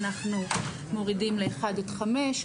אנחנו מורידים לאחד-חמש,